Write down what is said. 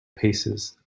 paces